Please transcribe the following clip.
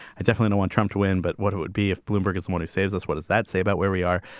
ah definitely want trump to win. but what it would be if bloomberg is someone who saves us, what does that say about where we are?